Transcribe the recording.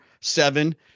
seven